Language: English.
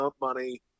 money